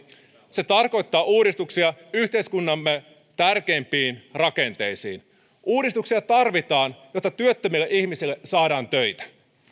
se tarkoittaa uudistuksia yhteiskuntamme tärkeimpiin rakenteisiin uudistuksia tarvitaan jotta työttömille ihmisille saadaan töitä